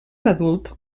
adult